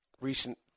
recent